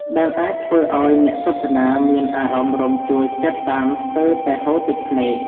ដែលអាចធ្វើឱ្យអ្នកទស្សនាមានអារម្មណ៍រំជួលចិត្តតាមស្ទើរតែហូរទឹកភ្នែក។